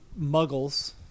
muggles